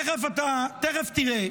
תכף תראה.